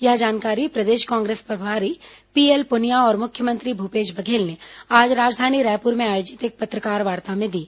यह जानकारी प्रदेश कांग्रेस प्रभारी पीएल पुनिया और मुख्यमंत्री भूपेश बघेल ने आज राजधानी रायपुर में आयोजित एक पत्रकारवार्ता में दी